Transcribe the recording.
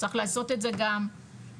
צריך לעשות את זה גם ברגישות,